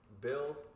bill